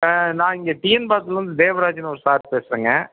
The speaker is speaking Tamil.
ஆ நான் இங்கே டிஎன் பாளையத்துலருந்து தேவராஜ்ன்னு ஒரு சார் பேசுறேங்க